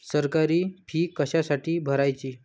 सरकारी फी कशासाठी भरायची